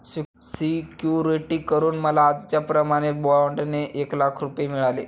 security करून मला आजच्याप्रमाणे बाँडचे एक लाख रुपये मिळाले